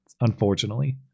unfortunately